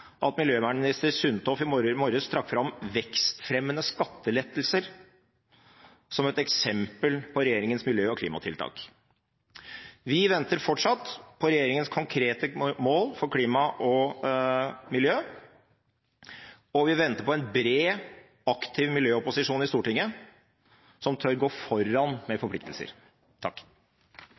at miljøvernminister Sundtoft i morges trakk fram vekstfremmende skattelettelser som et eksempel på regjeringens miljø- og klimatiltak? Vi venter fortsatt på regjeringens konkrete mål for klima og miljø, og vi venter på en bred, aktiv miljøopposisjon i Stortinget som tør gå foran med forpliktelser.